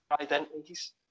identities